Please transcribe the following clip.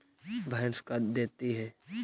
भैंस का देती है?